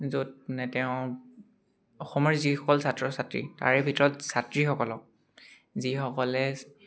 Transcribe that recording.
য'ত মানে তেওঁ অসমৰ যিসকল ছাত্ৰ ছাত্ৰী তাৰে ভিতৰত ছাত্ৰীসকলক যিসকলে